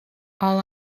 all